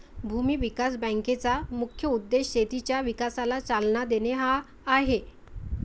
भूमी विकास बँकेचा मुख्य उद्देश शेतीच्या विकासाला चालना देणे हा आहे